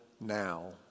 now